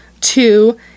two